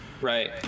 Right